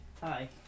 Hi